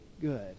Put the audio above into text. good